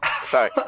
sorry